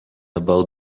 about